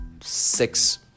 six